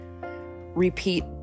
repeat